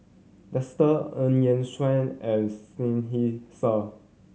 Dester Eu Yan Sang and Seinheiser